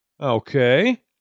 Okay